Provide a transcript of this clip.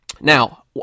Now